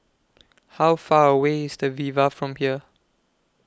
How Far away IS The Viva from here